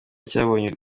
cyabonye